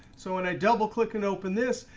so when i double-click and open this,